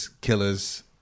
killers